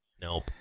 nope